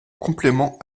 complément